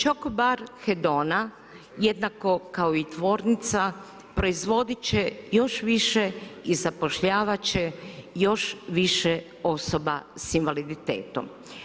Čoko bar Hedona jednako kao i tvornica proizvodit će još više i zapošljavat će još više osoba s invaliditetom.